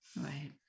Right